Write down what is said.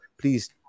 please